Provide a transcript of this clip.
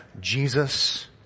Jesus